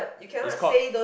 is called